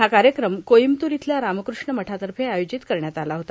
हा कार्यक्रम कोईम्ब्तूर इथया रामकृष्ठ मठातर्फे आयोजित करण्यात आला होता